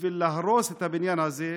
בשביל להרוס את הבניין הזה,